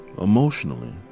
emotionally